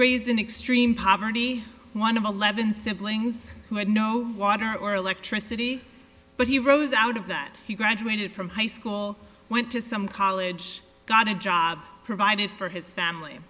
raised in extreme poverty one of eleven siblings who had no water or electricity but he rose out of that he graduated from high school went to some college got a job provided for his family